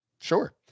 Sure